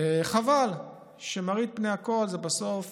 חבל שמראית פני הכול זה בסוף